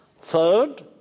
Third